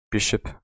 Bishop